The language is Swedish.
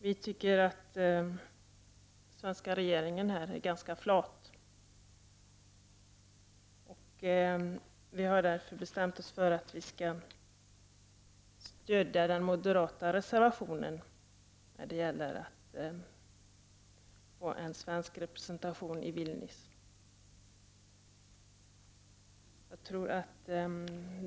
Vi tycker att den svenska regeringen här är ganska flat. Vi har därför bestämt oss för att stödja den moderata reservationen om svensk representation i Vilnius.